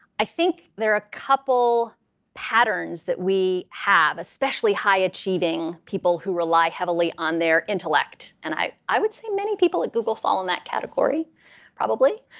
i think there are a couple patterns that we have, especially high-achieving people who rely heavily on their intellect. and i i would say many people at google fall in that category probably.